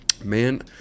Man